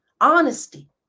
honesty